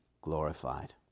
glorified